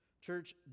Church